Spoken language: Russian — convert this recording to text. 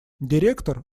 директор